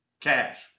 cash